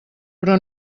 però